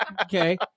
Okay